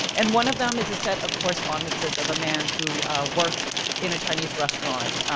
and one of them is a set of correspondences of a man who worked in a chinese restaurant,